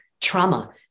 trauma